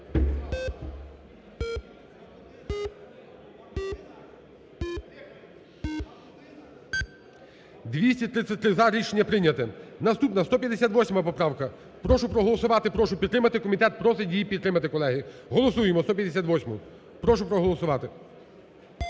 За-233 Рішення прийнято. Наступна 158 поправка. Прошу проголосувати, прошу підтримати. Комітет просить її підтримати, колеги, голосуємо 158-у. Прошу проголосувати.